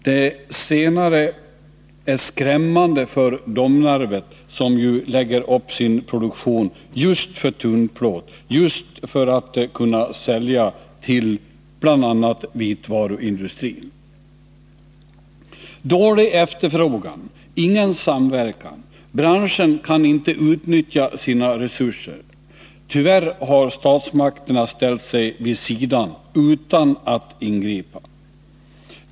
Det senare är skrämmande för Domnarvet, som ju lägger upp sin produktion av tunnplåt just för att kunna sälja till bl.a. vitvaruindustrin. Dålig efterfrågan, ingen samverkan — branschen kan inte utnyttja sina resurser. Tyvärr har statsmakterna ställt sig vid sidan utan att ingripa.